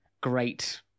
great